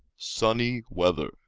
sunny weather,